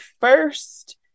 first